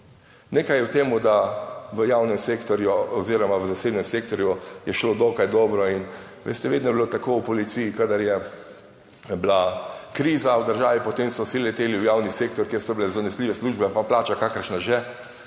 Nekaj je v tem, da v javnem sektorju oziroma v zasebnem sektorju je šlo dokaj dobro in veste, vedno je bilo tako, v policiji, kadar je bila kriza v državi, potem so vsi leteli v javni sektor, kjer so bile zanesljive službe pa plača kakršna že,